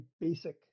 basic